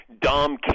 Dom